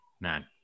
man